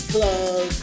Club